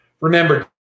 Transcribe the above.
Remember